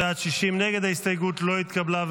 הסתייגות 76 לא נתקבלה.